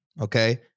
okay